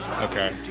Okay